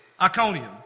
Iconium